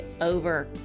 over